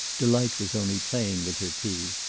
delight was only playing with her tea.